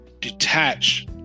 detach